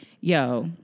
yo